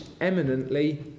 eminently